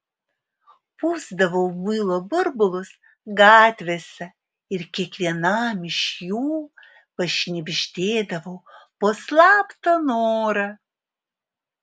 pūsdavau muilo burbulus gatvėse ir kiekvienam iš jų pašnibždėdavau po slaptą norą